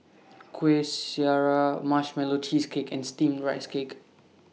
Kuih Syara Marshmallow Cheesecake and Steamed Rice Cake